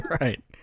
Right